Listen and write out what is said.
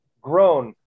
grown